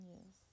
Yes